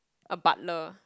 a butler